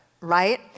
Right